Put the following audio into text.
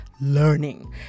learning